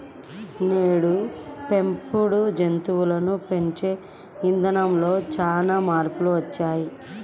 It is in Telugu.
నేడు పెంపుడు జంతువులను పెంచే ఇదానంలో చానా మార్పులొచ్చినియ్యి